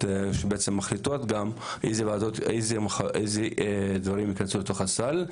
שבעצם מחליטות גם איזה דברים יכנסו לתוך הסל.